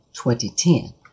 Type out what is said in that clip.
2010